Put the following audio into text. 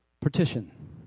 Partition